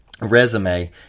resume